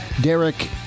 Derek